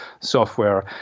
software